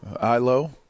Ilo